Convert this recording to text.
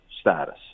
status